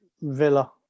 Villa